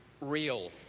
real